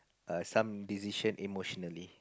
err some decision emotionally